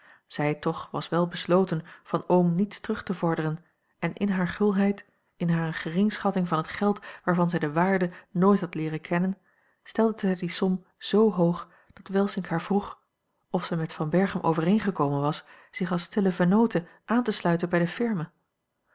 zij toch was wel besloten van oom niets terug te vorderen en in hare gulheid in hare geringschatting van het geld waarvan zij de waarde nooit had leeren kennen stelde zij die som z hoog dat welsink haar vroeg of zij met van berchem overeengekomen was zich als stille vennoote aan te sluiten bij de firma